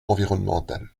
environnemental